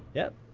yeah,